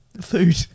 Food